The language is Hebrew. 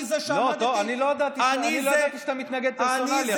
אני זה שעמדתי, אני לא ידעתי שאתה מתנגד פרסונלית.